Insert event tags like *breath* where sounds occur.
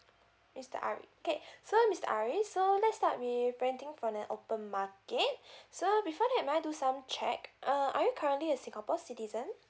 mister ari okay so mister ari so let's start with renting for the open market *breath* so before that may I do some check uh are you currently a singapore citizen